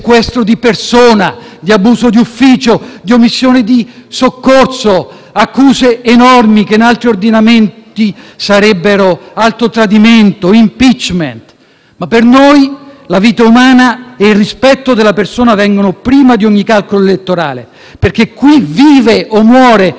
altri ordinamenti porterebbero all'alto tradimento e all'*impeachment*. Per noi la vita umana e il rispetto della persona vengono prima di ogni calcolo elettorale, perché qui vive o muore la nostra democrazia. Dunque, non può esserci alcuna scelta politica che violi le leggi e, in questo caso, la